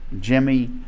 Jimmy